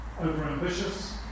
overambitious